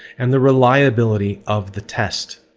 and the reliability of the test.